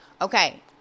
Okay